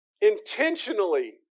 intentionally